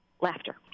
laughter